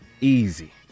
easy